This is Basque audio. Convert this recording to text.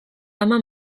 ama